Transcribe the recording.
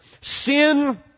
Sin